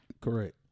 Correct